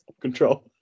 control